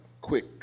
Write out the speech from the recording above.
quick